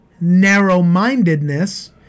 narrow-mindedness